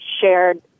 shared